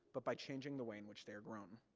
but by changing the way in which they are grown.